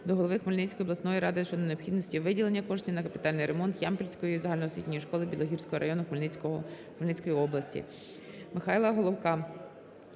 до голови Хмельницької обласної ради щодо необхідності виділення коштів на капітальний ремонт Ямпільської загальноосвітньої школи Білогірського району Хмельницької області.